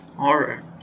horror